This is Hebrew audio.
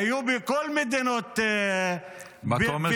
היו בכל מדינות -- מה אתה אומר,